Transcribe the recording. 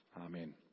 Amen